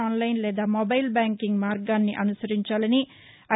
online లేదా mobile banking మార్గాన్ని అనుసరించాలని ఐ